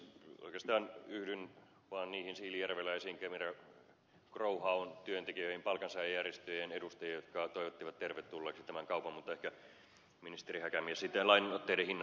oikeastaan yhdyn vaan niihin siilinjärveläisiin kemira growhown työntekijöiden palkansaajajärjestöjen edustajiin jotka toivottivat tervetulleeksi tämän kaupan mutta ehkä ministeri häkämies sittenlain piiriin